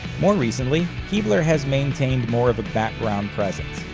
more recently, keibler has maintained more of a background presence.